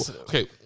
Okay